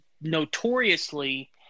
notoriously